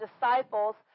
disciples